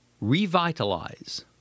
Revitalize